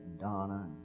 Donna